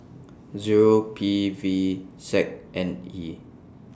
Zero P V Z N E